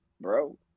bro